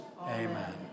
Amen